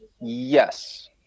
yes